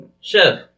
Chef